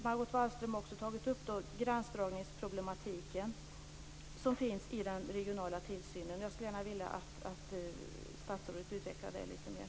Margot Wallström tog också upp gränsdragningsproblematiken i den regionala tillsynen, och jag skulle vilja att statsrådet utvecklade det litet mer.